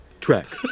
track